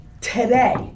today